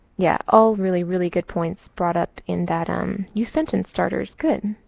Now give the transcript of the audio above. yeah, all really, really good point brought up in that um use sentence starters. good.